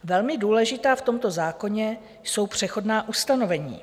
Velmi důležitá v tomto zákoně jsou přechodná ustanovení.